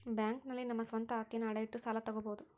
bank ನಲ್ಲಿ ನಮ್ಮ ಸ್ವಂತ ಅಸ್ತಿಯನ್ನ ಅಡ ಇಟ್ಟು ಸಾಲ ತಗೋಬೋದು